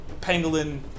Pangolin